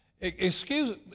excuse